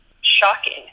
shocking